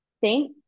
thank